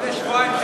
לפני שבועיים,